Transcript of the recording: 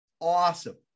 awesome